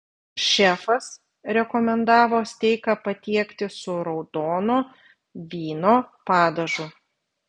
šefas rekomendavo steiką patiekti su raudono vyno padažu